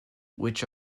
which